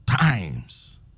times